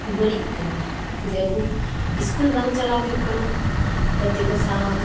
ᱵᱟᱹᱲᱤᱡ ᱟᱹᱭᱠᱟᱹᱣ ᱡᱮ ᱟᱹᱵᱩ ᱤᱥᱠᱩᱞ ᱵᱟᱝ ᱪᱟᱞᱟᱣ ᱦᱩᱭᱩᱜ ᱠᱟᱱᱟ ᱜᱟᱛᱮ ᱠᱚ ᱥᱟᱶ